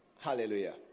Hallelujah